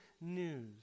news